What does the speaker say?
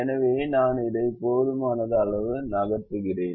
எனவே நான் இதை போதுமான அளவு நகர்த்துகிறேன்